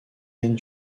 end